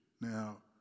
Now